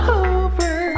over